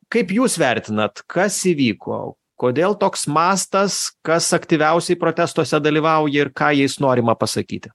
kaip jūs vertinat kas įvyko kodėl toks mastas kas aktyviausiai protestuose dalyvauja ir ką jais norima pasakyti